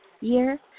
year